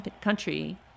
country